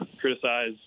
criticize –